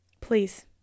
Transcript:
Please